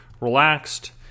relaxed